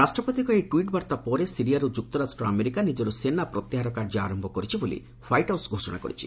ରାଷ୍ଟ୍ରପତିଙ୍କ ଏହି ଟ୍ୱିଟ୍ ବାର୍ତ୍ତା ପରେ ସିରିଆରୁ ଯୁକ୍ତରାଷ୍ଟ୍ର ଆମେରିକା ନିଜର ସେନା ପ୍ରତ୍ୟାହାର କାର୍ଯ୍ୟ ଆରମ୍ଭ କରିଛି ବୋଲି ହ୍ପାଇଟ୍ ହାଉସ୍ ଘୋଷଣା କରିଛି